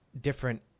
different